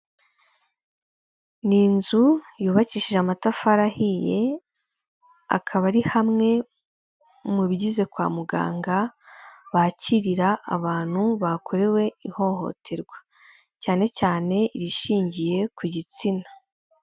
Ni inzu yubakishije amatafari ahiye, akaba ari hamwe mu bigize kwa muganga, bakirira abantu bakorewe ihohoterwa. Cyane cyane irishingiye ku gitsina.